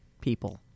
people